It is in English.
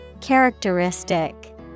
Characteristic